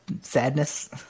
sadness